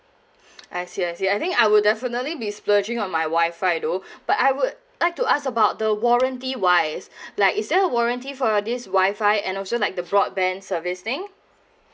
I see I see I think I would definitely be splurging on my wi fi though but I would like to ask about the warranty wise like is there a warranty for uh this wi fi and also like the broadband service thing